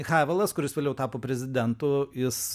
havelas kuris vėliau tapo prezidentu jis